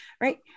right